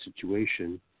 situation